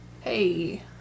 hey